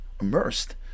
immersed